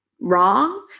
wrong